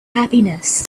happiness